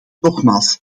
nogmaals